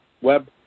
web